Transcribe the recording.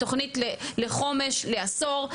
בתוכנית חומש לעשור,